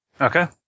Okay